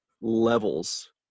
levels